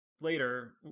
later